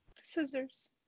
Scissors